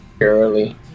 early